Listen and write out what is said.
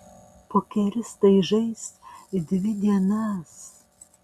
pokeristai žais dvi dienas